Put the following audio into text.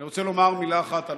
אני רוצה לומר מילה אחת על